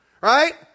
right